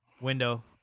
window